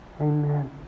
Amen